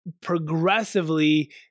progressively